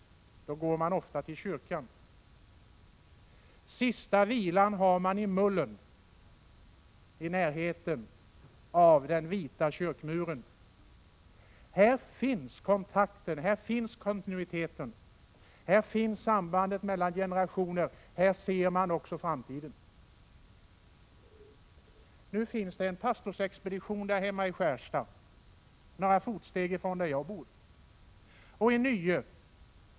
Då går man ofta till kyrkan. Sista vilan har man i mullen i närheten av den vita kyrkmuren. Här finns kontakter, kontinuiteten och sambandet mellan generationer, och här ser man också framtiden. Nu finns det en pastorsexpedition hemma i Skärstad, några steg från min bostad, och i Nye.